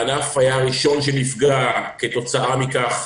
הענף היה הראשון שנפגע כתוצאה מכך